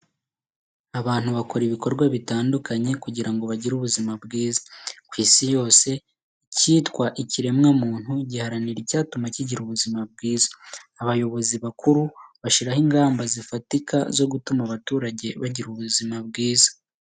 Abantu bakora ibikorwa bitandukanye kugira ngo bagire ubuzima bwiza, ku Isi yose ikitwa ikiremwamuntu giharanira icyatuma kigira ubuzima bwiza, abayobozi bakuru bashyiraho ingamba zifatika zo gutuma abaturage bagira ubuzima bwiza.